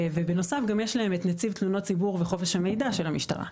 ובנוסף גם יש להם את נציב תלונות הציבור וחופש המידע של המשטרה.